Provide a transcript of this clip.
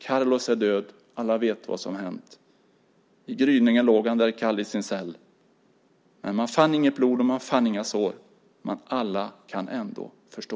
Carlos är död, alla vet vad som hänt. I gryningen låg han där kall i sin cell. Man fann inget blod och man fann inga sår; Men alla kan ändå förstå.